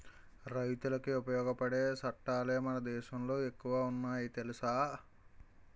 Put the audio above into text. రైతులకి ఉపయోగపడే సట్టాలే మన దేశంలో ఎక్కువ ఉన్నాయి తెలుసా